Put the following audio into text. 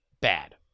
Bad